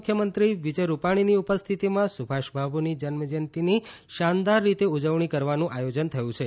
મુખ્યમંત્રી વિજય રૂપાણીની ઉપસ્થિતિમાં સુભાષ બાબુની જયંતીની શાનદાર રીતે ઉજવણી કરવાનું આયોજન થયું છે